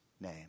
name